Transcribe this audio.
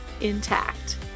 intact